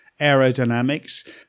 aerodynamics